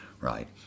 Right